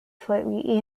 slightly